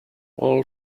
all